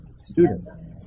students